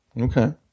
Okay